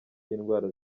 y’indwara